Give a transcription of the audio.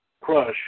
Crush